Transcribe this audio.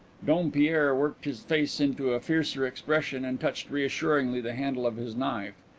dompierre worked his face into a fiercer expression and touched reassuringly the handle of his knife.